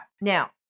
Now